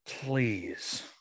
please